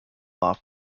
off